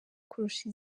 kurusha